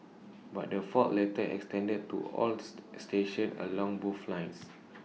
but the fault later extended to all stations along both lines